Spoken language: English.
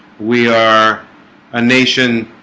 we are a nation.